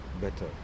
better